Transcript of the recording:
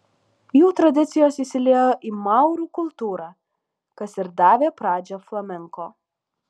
jų tradicijos įsiliejo į maurų kultūrą kas ir davė pradžią flamenko